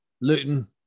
Luton